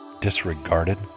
disregarded